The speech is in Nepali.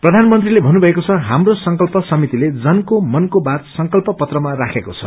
प्रधानमन्त्रीले भन्नुभएको छ हाम्रो संकल्प समितिले जनको मनको बात संकल्प पत्रमा राखेको छ